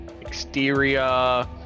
exterior